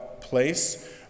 place